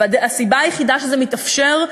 הסיבה היחידה לכך שזה מתאפשר,